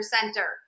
center